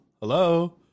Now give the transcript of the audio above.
Hello